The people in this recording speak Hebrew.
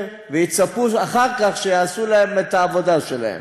ויצפו אחר כך שיעשו להם את העבודה שלהם.